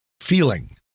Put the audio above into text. feeling